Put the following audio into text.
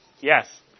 Yes